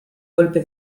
golpe